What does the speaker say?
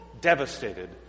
devastated